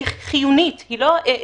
היא חיונית, היא לא אפשרית.